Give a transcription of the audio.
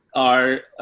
are,